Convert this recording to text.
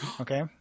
Okay